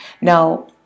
Now